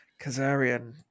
Kazarian